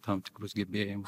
tam tikrus gerbėjimus